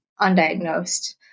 undiagnosed